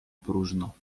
próżno